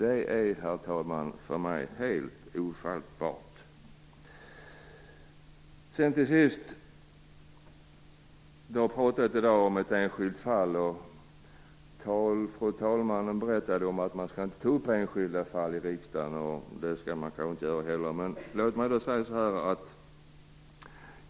Det är för mig, herr talman, helt ofattbart! Det har pratats i dag om ett enskilt fall. Talmannen sade att man inte skall ta upp enskilda fall i riksdagen. Det skall man kanske inte göra. Men låt mig säga följande.